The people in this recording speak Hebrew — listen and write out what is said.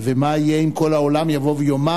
ומה יהיה אם כל העולם יבוא ויאמר: